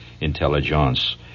intelligence